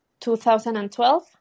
2012